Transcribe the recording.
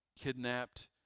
kidnapped